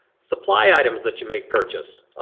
supply items that you may purchase.